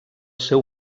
seu